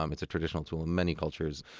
um it's a traditional tool in many cultures.